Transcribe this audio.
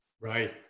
Right